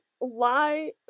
lie